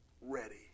ready